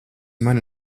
mani